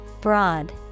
Broad